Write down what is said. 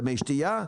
במי שתייה,